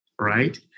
right